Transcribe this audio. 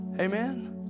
Amen